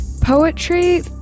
Poetry